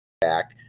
back